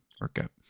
workout